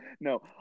No